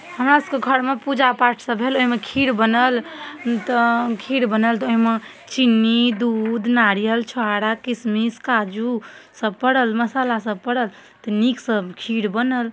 हमरासभके घरमे पूजा पाठसब भेलै ओहिमे खीर बनल तऽ खीर बनल तऽ ओहिमे चिन्नी दूध नारियल छोहारा किसमिस काजूसब पड़ल मसालासब पड़ल तऽ नीकसँ खीर बनल